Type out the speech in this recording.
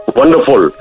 wonderful